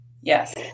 yes